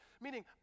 Meaning